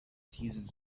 seasons